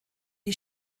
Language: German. die